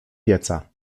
pieca